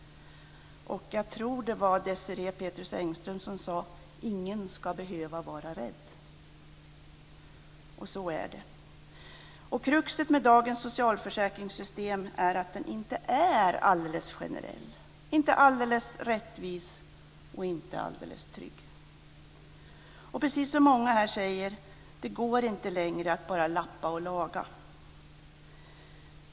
Jag tror det var Desirée Pethrus Engström som sade: Ingen ska behöva vara rädd. Och så är det. Kruxet med dagens socialförsäkringssystem är att det inte är alldeles generellt, inte alldeles rättvist och inte alldeles tryggt. Precis som många här säger går det inte längre att bara lappa och laga.